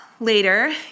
later